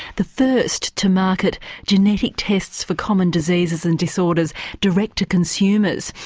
the first to market genetic tests for common diseases and disorders direct to consumers.